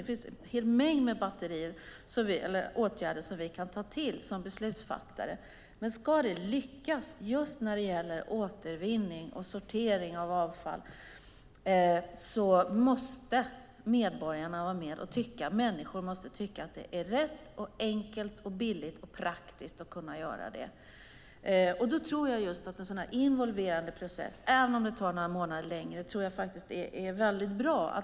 Det finns en mängd åtgärder som vi kan ta till som beslutsfattare. Men om återvinning och sortering av avfall ska lyckas måste medborgarna, människorna, tycka att det är rätt, enkelt, billigt och praktiskt. En involverande process, även om den tar några månader, är bra.